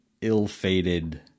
ill-fated